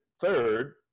third